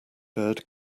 bird